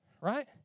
right